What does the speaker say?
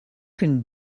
can